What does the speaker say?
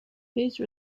phase